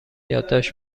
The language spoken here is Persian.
یادداشت